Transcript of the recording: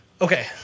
Okay